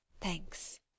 thanks